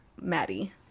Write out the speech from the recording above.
maddie